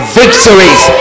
victories